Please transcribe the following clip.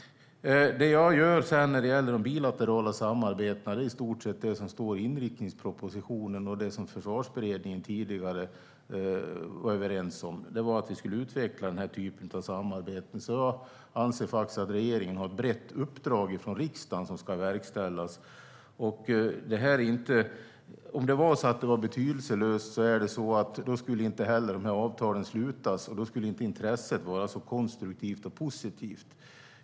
Det jag gör när det gäller de bilaterala samarbetena är i stort sett det som står i inriktningspropositionen och det som Försvarsberedningen tidigare var överens om, vilket var att vi ska utveckla den här typen av samarbeten, så jag anser faktiskt att regeringen har ett brett uppdrag från riksdagen som ska verkställas. Om det var betydelselöst skulle de här avtalen inte slutas, och då skulle inte intresset vara så konstruktivt och positivt.